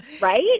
right